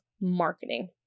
marketing